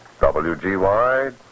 WGY